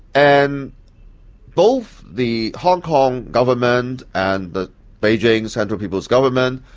and both the hong kong government and the beijing central people's government,